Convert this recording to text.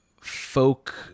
Folk